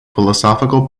philosophical